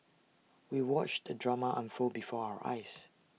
we watched the drama unfold before our eyes